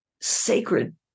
sacred